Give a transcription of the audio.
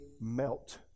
Melt